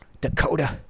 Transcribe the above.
Dakota